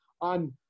on